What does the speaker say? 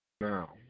now